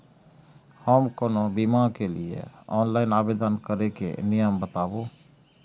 हम कोनो बीमा के लिए ऑनलाइन आवेदन करीके नियम बाताबू?